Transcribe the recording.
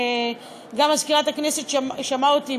גם מזכירת הכנסת שמעה אותי,